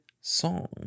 song